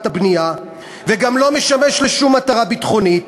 הבנייה וגם לא משמש לשום מטרה ביטחונית,